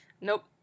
Nope